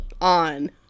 on